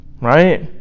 right